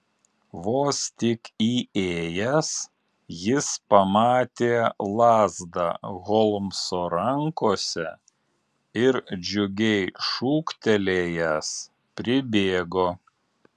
vos tik įėjęs jis pamatė lazdą holmso rankose ir džiugiai šūktelėjęs pribėgo